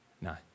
No